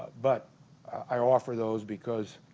but i offer those because